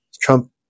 Trump